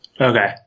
Okay